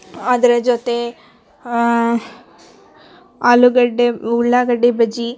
ಅದರ ಜೊತೆ ಆಲೂಗಡ್ಡೆ ಉಳ್ಳಾಗಡ್ಡಿ ಬಜ್ಜಿ